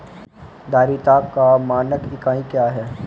धारिता का मानक इकाई क्या है?